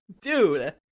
Dude